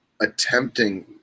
attempting